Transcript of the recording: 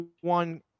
one